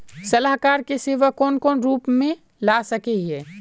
सलाहकार के सेवा कौन कौन रूप में ला सके हिये?